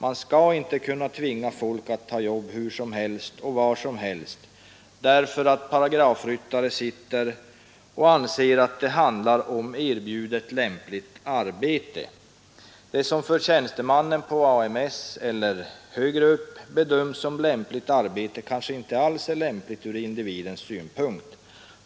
Man skall inte kunna tvinga folk att ta jobb hur som helst och var som helst därför att paragrafryttare sitter och anser, att det handlar om ”erbjudet lämpligt arbete”. Det som för tjänstemannen på AMS eller högre upp bedöms som lämpligt arbete kanske inte alls är det ur individens synpunkt.